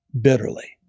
bitterly